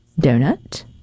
donut